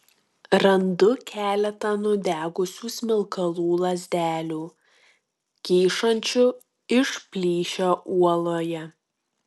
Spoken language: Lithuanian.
randu keletą nudegusių smilkalų lazdelių kyšančių iš plyšio uoloje